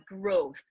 growth